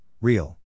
real